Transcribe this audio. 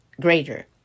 greater